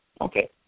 Okay